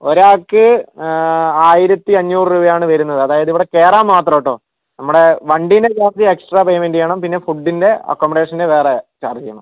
ഒരാൾക്ക് ആയിരത്തി അഞ്ഞൂറ് രൂപയാണ് വരുന്നത് അതായത് ഇവിടെ കയറാൻ മാത്രം കേട്ടോ നമ്മുടെ വണ്ടീൻ്റെ ചാർജ്ജ് എക്സ്ട്രാ പേയ്മെൻ്റ് ചെയ്യണം പിന്നെ ഫുഡിൻ്റെ അക്കോമഡേഷൻ്റെ വേറെ ചാർജ്ജ് ചെയ്യണം